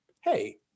hey